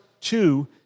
two